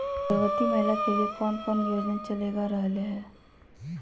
गर्भवती महिला के लिए कौन कौन योजना चलेगा रहले है?